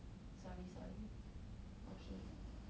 sorry sorry okay